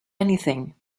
anything